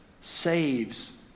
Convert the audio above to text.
saves